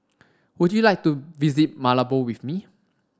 would you like to visit Malabo with me